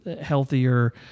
healthier